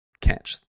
catch